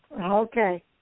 Okay